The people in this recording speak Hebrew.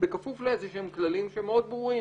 בכפוף לאיזה שהם כללים שהם מאוד ברורים.